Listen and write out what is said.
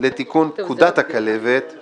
לתיקון פקודת הכלבת של